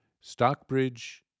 Stockbridge